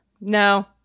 No